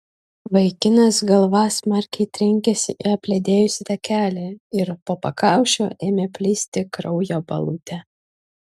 vaikinas galva smarkiai trenkėsi į apledėjusį takelį ir po pakaušiu ėmė plisti kraujo balutė